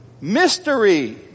Mystery